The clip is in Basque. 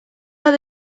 bat